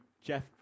Jeff